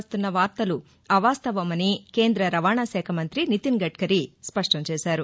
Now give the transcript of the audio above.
వస్తున్న వార్తలు అవాస్తవమని కేంద్ర రవాణా శాఖ మంత్రి నితిన్ గడ్కరి స్పష్ణం చేశారు